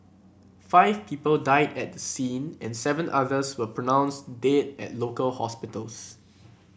five people died at the scene and seven others were pronounced dead at local hospitals